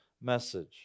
message